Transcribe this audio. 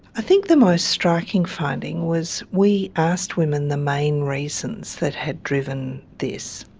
i think the most striking finding was we asked women the main reasons that had driven this,